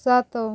ସାତ